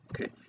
okay